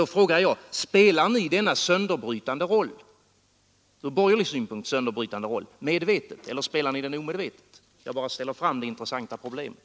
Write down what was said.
Då frågar jag: Spelar ni denna från borgerlig synpunkt sett sönderbrytande roll medvetet eller omedvetet? Jag bara ställer fram det intressanta problemet.